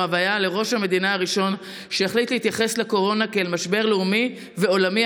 והיה ראש המדינה הראשון שהחליט להתייחס לקורונה כאל משבר לאומי ועולמי,